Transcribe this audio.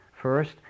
first